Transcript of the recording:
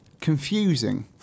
confusing